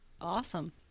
awesome